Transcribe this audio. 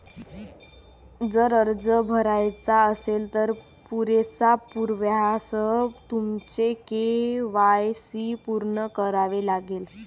जर अर्ज भरायचा असेल, तर पुरेशा पुराव्यासह तुमचे के.वाय.सी पूर्ण करावे लागेल